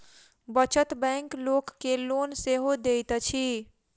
बचत बैंक लोक के लोन सेहो दैत छै